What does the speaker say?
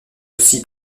aussi